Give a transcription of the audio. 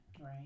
right